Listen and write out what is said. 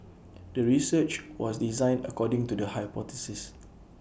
the research was designed according to the hypothesis